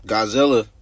Godzilla